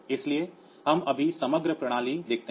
इसलिए हम अभी समग्र प्रणाली देखते हैं